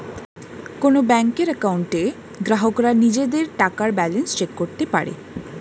কোন ব্যাংকের অ্যাকাউন্টে গ্রাহকরা নিজেদের টাকার ব্যালান্স চেক করতে পারে